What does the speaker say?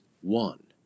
One